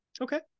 Okay